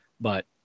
but-